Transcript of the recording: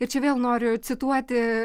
ir čia vėl noriu cituoti